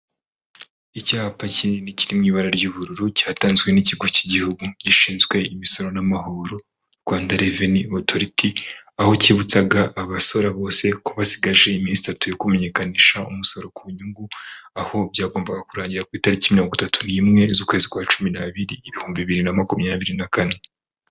Icyapa kinini kiri mu ibara ry'ubururu cyatanzwe n'ikigo cy'igihugu gishinzwe imisoro n'amahoro rwanda reveni otoriti, aho cyibutsaga abasora bose ko basigaje iminsi itatu yo kumenyekanisha umusoro ku nyungu aho byagombaga kurangira ku itariki mirongo itatu n'imwe z'ukwezi kwa cumi n'biri ibihumbi bibiri na makumyabiri na kane.